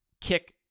kick